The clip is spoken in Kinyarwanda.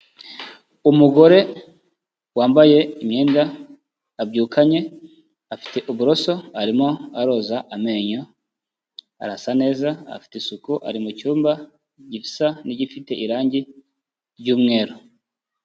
Umugore wambaye imyenda abyukanye, afite uburoso arimo aroza amenyo, arasa neza afite isuku ari mucyumba gisa n'igifite irangi ry'umweru.